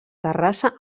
terrassa